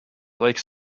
lake